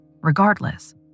Regardless